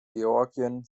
georgien